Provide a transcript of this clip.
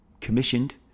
commissioned